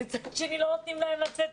ומצד שני לא נותנים להם לצאת